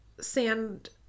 sand